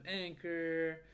Anchor